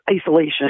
isolation